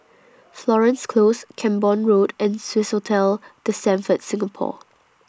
Florence Close Camborne Road and Swissotel The Stamford Singapore